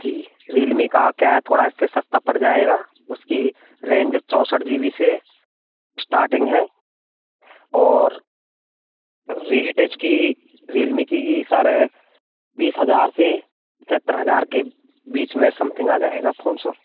जी Realme का क्या है थोड़ा इस से सस्ता पड़ जाएगा उसकी रेंज चौंसठ जीबी से स्टार्टिंग है और रेंज उसकी रियलमी की सर बीस हज़ार से सत्तर हज़ार के बीच में समथिंग आ जाएगा फोन सर